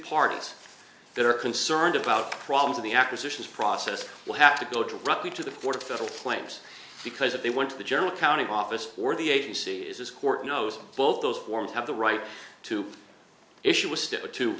parties that are concerned about problems of the acquisitions process will have to go directly to the former federal claims because if they went to the general accounting office or the agencies as court knows both those forms have the right to